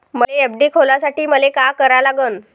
मले एफ.डी खोलासाठी मले का करा लागन?